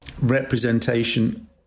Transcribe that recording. representation